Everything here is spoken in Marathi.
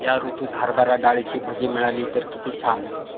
या ऋतूत हरभरा डाळीची भजी मिळाली तर कित्ती छान